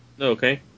Okay